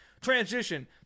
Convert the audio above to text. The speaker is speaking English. Transition